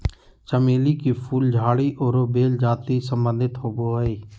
चमेली के फूल झाड़ी आरो बेल जाति से संबंधित होबो हइ